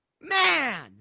Man